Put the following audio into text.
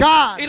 God